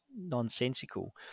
nonsensical